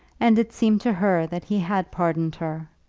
and it seemed to her that he had pardoned her.